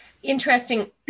Interesting